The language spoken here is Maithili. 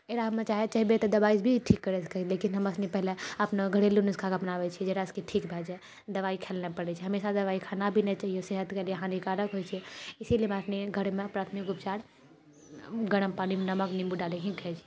एकरामे चाहबै तऽ दवाइ भी ठीक करै सकैत है लेकिन हमरा सुनी पहिले अपना घरेलु नुस्खाके अपनाबैत छियै जेकरासँ कि ठीक भए जाए दवाइ खाए लए पड़ैत छै हमेशा दवाइ खाना भी नहि चाहिए सेहतके लिए हानिकारक होइत छै इसीलिए हमरा सुनी घरमे प्राथमिक उपचार गरम पानिमे नमक निम्बू डालि ही खाइत छियै